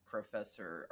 professor